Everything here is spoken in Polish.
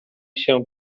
się